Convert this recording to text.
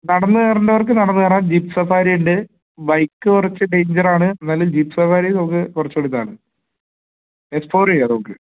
നടന്ന് കയറേണ്ടവർക്ക് നടന്ന് കയറാം ജീപ്പ് സഫാരി ഉണ്ട് ബൈക്ക് കുറച്ച് ഡേയ്ഞ്ചറാണ് എന്നാലും ജീപ്പ് സഫാരി നമുക്ക് കുറച്ചും കൂടെ ഇതാണ് എക്സ്പ്ലോർ ചെയ്യാം നമുക്ക്